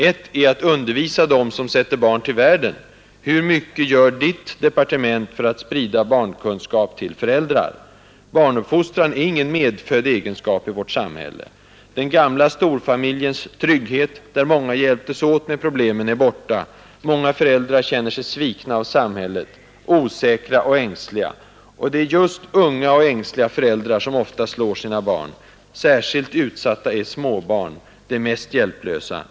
Ett är att undervisa dem som sätter barn till världen. Hur mycket gör Ditt departement för att sprida barnkunskap till föräldrar? Barnuppfostran är ingen medfödd egenskap i vårt samhälle. Den gamla storfamiljens trygghet, där många hjälptes åt med problemen, är borta. Många föräldrar känner sig svikna av samhället, osäkra och ängsliga. Och det är just unga och ängsliga föräldrar som ofta slår sina barn. Särskilt utsatta är småbarn, de mest hjälplösa.